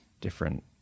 different